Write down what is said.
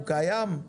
הוא קיים?